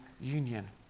union